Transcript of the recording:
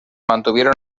mantuvieron